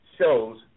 shows